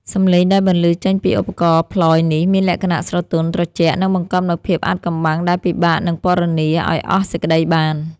សម្លេងដែលបន្លឺចេញពីឧបករណ៍ផ្លយនេះ មានលក្ខណៈស្រទន់ ត្រជាក់ និងបង្កប់នូវភាពអាថ៌កំបាំងដែលពិបាកនឹងពណ៌នាឲ្យអស់សេចក្ដីបាន។